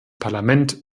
parlament